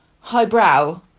highbrow